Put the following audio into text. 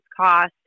cost